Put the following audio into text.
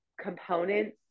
components